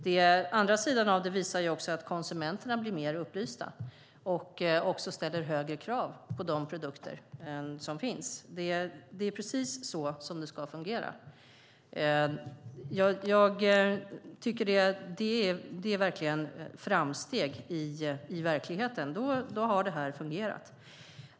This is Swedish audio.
Den andra sidan av den är att konsumenterna blir mer upplysta och ställer högre krav på de produkter som finns. Det är precis så det ska fungera. Jag tycker att det verkligen är framsteg i verkligheten. Då har det fungerat.